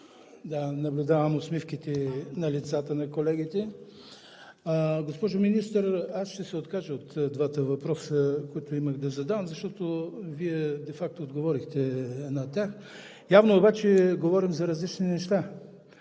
ПГ): Наблюдавам усмивките на лицата на колегите. Госпожо Министър, ще се откажа от двата въпроса, които имах, защото Вие де факто отговорихте на тях. Явно обаче говорим за различни неща,